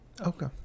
okay